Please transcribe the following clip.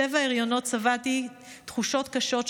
שבעה הריונות סבלתי תחושות קשות,